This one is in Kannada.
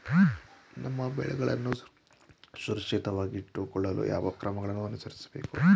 ನಮ್ಮ ಬೆಳೆಗಳನ್ನು ಸುರಕ್ಷಿತವಾಗಿಟ್ಟು ಕೊಳ್ಳಲು ಯಾವ ಕ್ರಮಗಳನ್ನು ಅನುಸರಿಸಬೇಕು?